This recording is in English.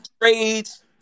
trades